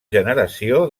generació